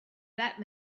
that